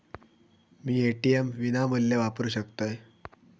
मी ATM विनामूल्य वापरू शकतय?